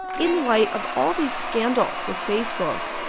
in light of all these scandals with facebook,